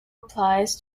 applies